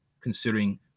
considering